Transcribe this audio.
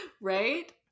Right